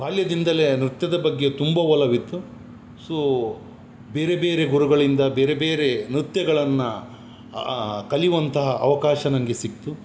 ಬಾಲ್ಯದಿಂದಲೆ ನೃತ್ಯದ ಬಗ್ಗೆ ತುಂಬ ಒಲವಿತ್ತು ಸೋ ಬೇರೆ ಬೇರೆ ಗುರುಗಳಿಂದ ಬೇರೆ ಬೇರೆ ನೃತ್ಯಗಳನ್ನು ಕಲಿವಂತಹ ಅವಕಾಶ ನನಗೆ ಸಿಗ್ತು